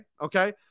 Okay